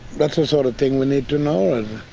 that's the sort of thing we need to know. and